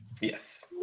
Yes